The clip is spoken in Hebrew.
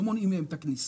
לא מונעים מהם את הכניסה.